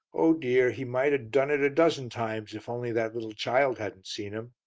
oh dear! he might have done it a dozen times if only that little child hadn't seen him.